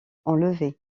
enlevée